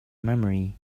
memory